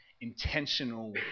intentional